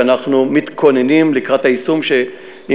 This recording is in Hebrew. שאנחנו מתכוננים לקראת היישום שלו,